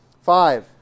Five